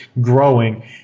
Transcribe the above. growing